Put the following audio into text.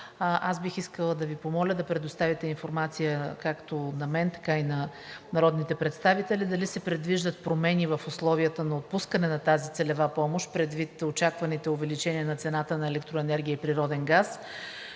Аз бих искала да Ви помоля да предоставите информация както на мен, така и на народните представители дали се предвиждат промени в условията на отпускане на тази целева помощ предвид очакваните увеличения на цената на електроенергия и природен газ.